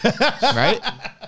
Right